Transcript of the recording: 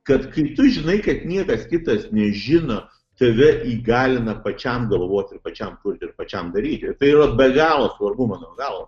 kad kai tu žinai kad niekas kitas nežino tave įgalina pačiam galvoti ir pačiam kurti ir pačiam daryti tai be galo svarbu mano galva